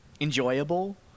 enjoyable